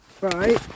right